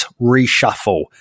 reshuffle